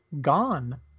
gone